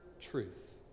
truth